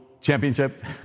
championship